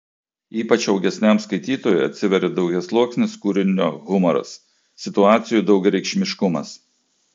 ypač augesniam skaitytojui atsiveria daugiasluoksnis kūrinio humoras situacijų daugiareikšmiškumas